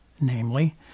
namely